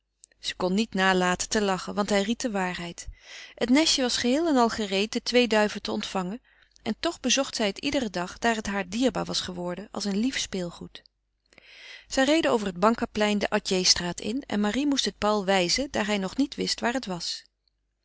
ze kon niet nalaten te lachen want hij ried de waarheid het nestje was geheel en al gereed de twee duiven te ontvangen en toch bezocht zij het iederen dag daar het haar dierbaar was geworden als een lief speelgoed zij reden over het bankaplein de atjehstraat in en marie moest het paul wijzen daar hij nog niet juist wist waar het was